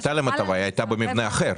היא הייתה במבנה אחר.